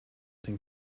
den